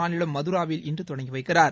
மாநிலம் மதுராவில் இன்று தொடங்கி வைக்கிறார்